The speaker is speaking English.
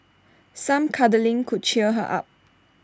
some cuddling could cheer her up